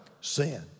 sin